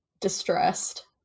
distressed